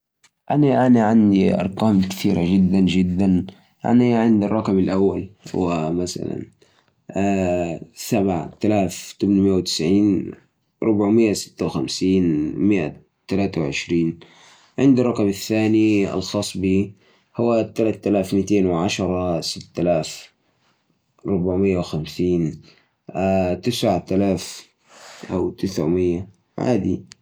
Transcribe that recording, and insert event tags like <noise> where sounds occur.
مثال علي رقم هاتف <hesitation> اربعه, خمسه, سته, سبعه, واحد, اثنين, ثلاثه, صفر, خمسه, صفر. الرقم الثاني سته, خمسه, اربعه, ثلاثه, تسعه, ثمانيه, سبعه, صفر, سبعه, صفر.